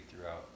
throughout